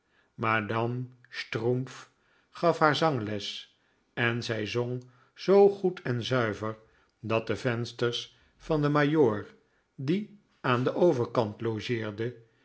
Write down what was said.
madame strumpff gaf haar zangles en zij zong zoo goed en zuiver dat de vensters van den majoor die aan den overkant logeerde